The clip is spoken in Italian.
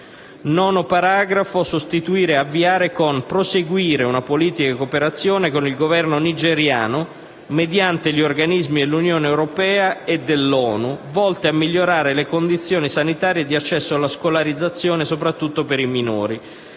con le seguenti «a proseguire una politica di cooperazione con il Governo nigeriano, mediante gli organismi dell'Unione europea e dell'ONU, volta a migliorare le condizioni sanitarie e di accesso alla scolarizzazione, soprattutto per i minori»